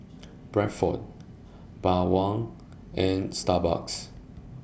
Bradford Bawang and Starbucks